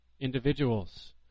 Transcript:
individuals